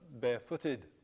barefooted